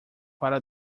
para